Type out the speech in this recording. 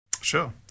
Sure